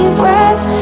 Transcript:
breath